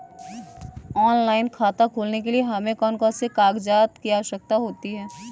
Online खाता खोलने के लिए हमें कौन कौन से कागजात की आवश्यकता होती है?